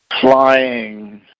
flying